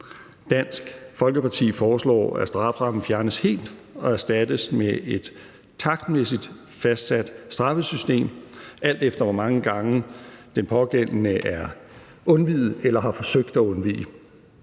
Dansk Folkeparti foreslår, at strafferammen fjernes helt og erstattes med et takstmæssigt fastsat straffesystem, alt efter hvor mange gange den pågældende er undveget eller har forsøgt at undvige.